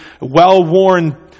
well-worn